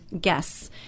guests